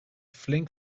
flink